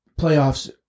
playoffs